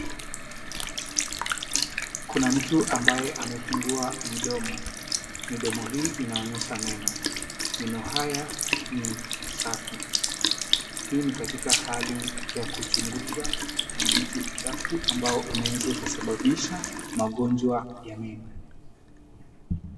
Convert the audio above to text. Kuna mtu ambaye amefungua midomo. Midomo hii inaonyesha meno. Meno haya ni safi. Hii ni katika hali ya kuchunguza, kudhibiti uchafu ambao unaeza ukasababisha magonjwa ya meno.